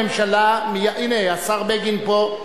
הנה, השר בגין פה.